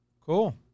Cool